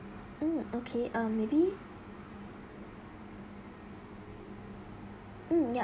mm okay um maybe mm yup